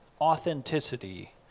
authenticity